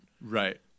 Right